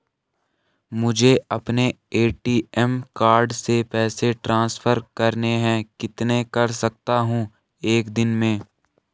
मुझे अपने ATM card से पैसे ट्रांसफर करने हैं कितने कर सकता हूँ एक दिन में?